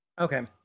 Okay